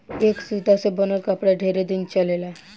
ए सूता से बनल कपड़ा ढेरे दिन चलेला